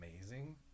amazing